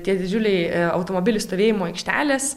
tie didžiuliai automobilių stovėjimo aikštelės